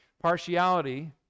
Partiality